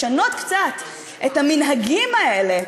לשנות קצת את המנהגים האלה,